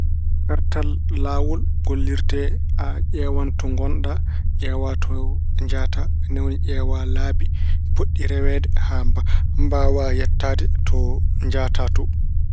Kartal laawol gollirte, a ƴeewan to ngonɗa, ƴeewa to njahata, ni woni ƴeewa laabi potɗi reweede haa mbaawa yettaade to njahata to.